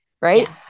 right